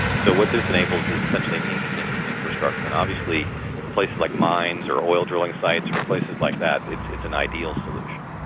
so what this enables is essentially an instant infrastructure and obviously for places like mines or oil drilling sites or places like that, it's it's an ideal solution.